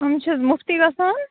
یِم چھِ حظ مُفتٕے گَژھان